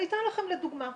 אני אתן לכם דוגמה.